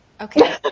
okay